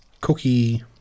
cookie